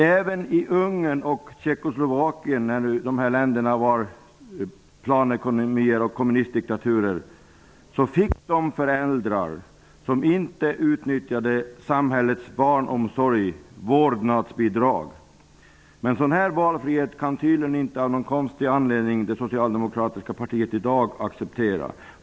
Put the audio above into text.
Även i Ungern och Tjeckoslovakien, när dessa länder var kommunistdiktaturer med planekonomi, fick de föräldrar som inte utnyttjade samhällets barnomsorg vårdnadsbidrag. Men sådan valfrihet kan av någon konstig anledning det socialdemokratiska partiet tydligen inte acceptera i dag.